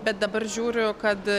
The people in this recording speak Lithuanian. bet dabar žiūriu kad